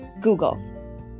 Google